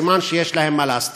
סימן שיש להם מה להסתיר.